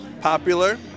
Popular